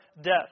death